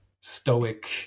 stoic